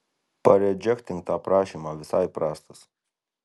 paredžektink tą prašymą visai prastas